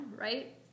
Right